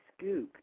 scoop